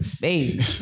baby